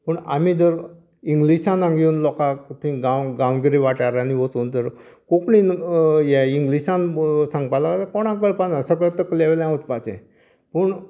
पूण आमी जर इंग्लिशान हांगा येवन लोकाक थंय गांव गांवगीरे वाठारांनी वचून जर कोंकणीन हें इंग्लिशान सांगपाक लागलें कोणाक कळपाना सगलें तकलें वयल्यान वचपाचें पूण